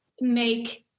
make